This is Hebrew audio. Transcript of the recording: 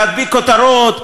להדביק כותרות,